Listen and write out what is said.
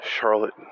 Charlotte